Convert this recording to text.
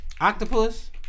Octopus